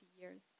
years